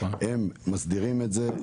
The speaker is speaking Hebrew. הם מסדירים את זה,